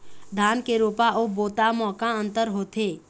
धन के रोपा अऊ बोता म का अंतर होथे?